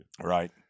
Right